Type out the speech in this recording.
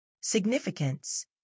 Significance